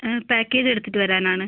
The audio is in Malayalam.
പാക്കേജ് എടുത്തിട്ട് വരാനാണ്